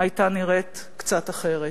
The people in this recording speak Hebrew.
היתה נראית קצת אחרת.